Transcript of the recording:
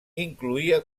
incloïa